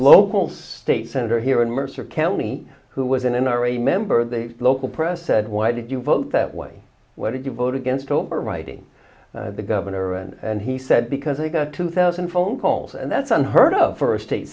local state senator here in mercer county who was an n r a member of the local press said why did you vote that way what did you vote against overwriting the governor and he said because i got two thousand phone calls and that's unheard of for a state